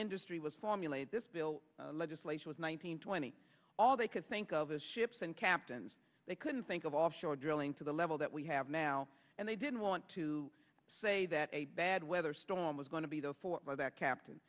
industry was formulated this bill legislation was one thousand and twenty all they could think of is ships and captains they couldn't think of off shore drilling to the level that we have now and they didn't want to say that a bad weather storm was going to be there for that captain